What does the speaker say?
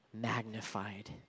magnified